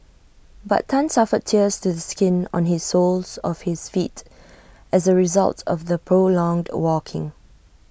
but Tan suffered tears to the skin on his soles of his feet as A result of the prolonged walking